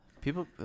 People